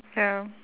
ya